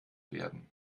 werden